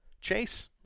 Chase